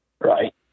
Right